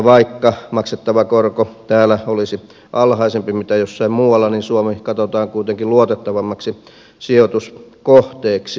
vaikka maksettava korko täällä olisi alhaisempi kuin jossain muualla niin suomi katsotaan kuitenkin luotettavammaksi sijoituskohteeksi